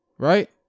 right